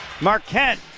Marquette